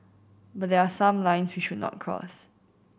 but there are some lines we should not cross